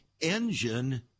engine